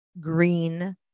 green